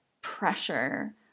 pressure